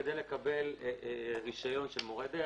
כדי לקבל רישיון של מורה דרך,